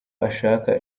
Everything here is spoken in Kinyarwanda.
ashaka